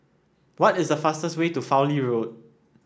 what is the fastest way to Fowlie Road